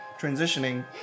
transitioning